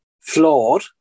flawed